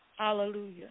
Hallelujah